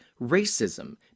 racism